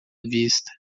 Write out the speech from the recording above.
vista